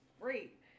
Great